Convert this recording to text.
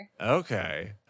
Okay